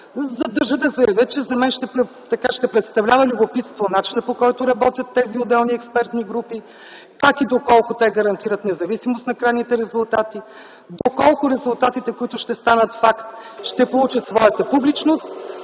държа да заявя, че за мен ще представлява любопитство начинът, по който работят тези отделни експертни групи, как и доколко те гарантират независимост на крайните резултати, доколко резултатите, които ще станат факт, ще получат своята публичност